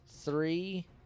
Three